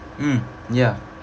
mm ya